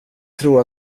tror